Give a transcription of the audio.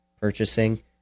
purchasing